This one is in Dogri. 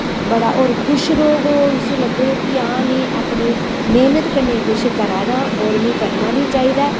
बड़ा होर खुश रौह्ग ओह् उसी लग्गग की आं में अपनी मेह्नत कन्नै किश करा दा होर में करना बी चाहिदा